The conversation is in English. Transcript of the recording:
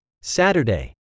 Saturday